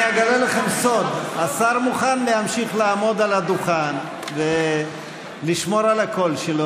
אני אגלה לכם סוד: השר מוכן להמשיך לעמוד על הדוכן ולשמור על הקול שלו.